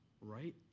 right